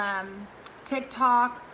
tik tok,